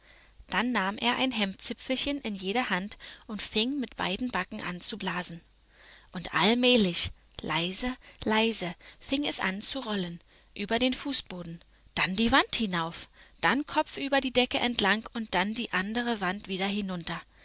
dann nahm er ein hemdzipfelchen in jede hand und fing mit beiden backen an zu blasen und allmählich leise leise fing es an zu rollen über den fußboden dann die wand hinauf dann kopfüber die decke entlang und dann die andere wand wieder hinunter